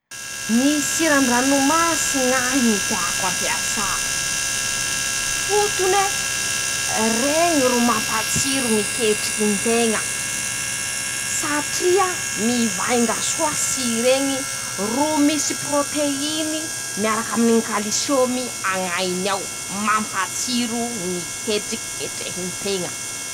Ñy siran-dranomasy ñ'ahy ñy teako ampiasà, fotone, reñy ro mampatsiro ñy ketrikin-teña ;satria mivainga soa sir'eñy ro misy proteiny miarakaminy ñy kalisiômy añ'ainy ao. mampatsiro ñy ketriky ketrehin-teña.